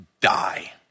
die